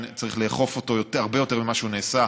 צריך לאכוף אותו הרבה יותר ממה שנעשה,